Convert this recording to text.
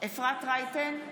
אפרת רייטן מרום,